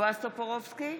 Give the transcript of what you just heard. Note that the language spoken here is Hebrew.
בועז טופורובסקי,